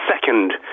second